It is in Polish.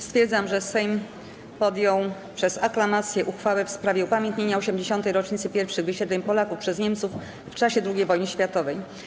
Stwierdzam, że Sejm podjął przez aklamację uchwałę w sprawie upamiętnienia 80. rocznicy pierwszych wysiedleń Polaków przez Niemców w czasie II wojny światowej.